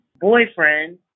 boyfriend